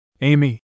Amy